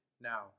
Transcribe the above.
Now